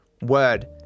word